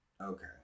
Okay